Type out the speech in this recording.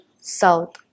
south